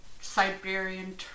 Siberian